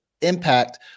impact